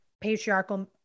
patriarchal